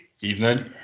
Evening